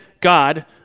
God